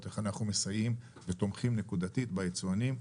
איך אנחנו מסייעים ותומכים נקודתית ביצואנים.